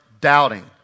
doubting